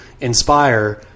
inspire